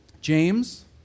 James